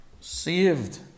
Saved